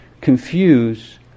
confuse